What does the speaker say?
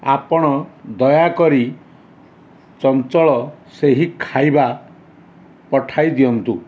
ଆପଣ ଦୟାକରି ଚଞ୍ଚଳ ସେହି ଖାଇବା ପଠାଇ ଦିଅନ୍ତୁ